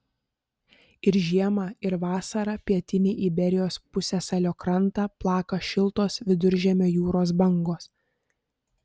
ir žiemą ir vasarą pietinį iberijos pusiasalio krantą plaka šiltos viduržemio jūros bangos